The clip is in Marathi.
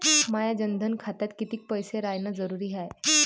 माया जनधन खात्यात कितीक पैसे रायन जरुरी हाय?